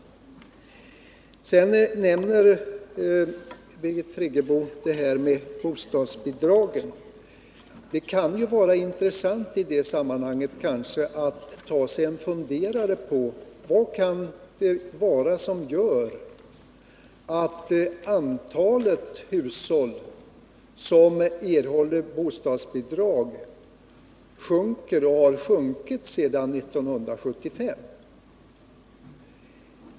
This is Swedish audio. Sedan nämnde Birgit Friggebo bostadsbidragen. Det kan i det sammanhanget kanske vara intressant att ta sig en funderare på vad det kan vara som gör att antalet hushåll som erhåller bostadsbidrag sjunker och har sjunkit sedan 1975.